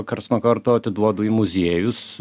karts nuo karto atiduodu į muziejus